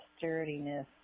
Sturdiness